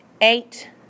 eight